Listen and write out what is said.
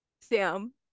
Sam